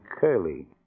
Curly